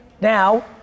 Now